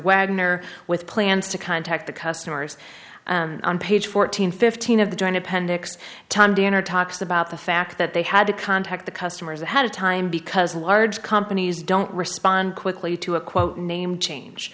or with plans to contact the customers on page fourteen fifteen of the joint appendix tom danner talks about the fact that they had to contact the customers ahead of time because large companies don't respond quickly to a quote name change